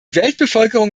weltbevölkerung